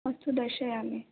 अस्तु दर्शयामि